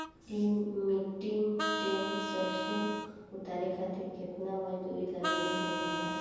तीन metric tonne सरसो उतारे खातिर केतना मजदूरी लगे ला तनि बताई?